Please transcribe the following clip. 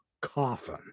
coffin